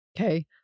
Okay